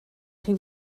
chi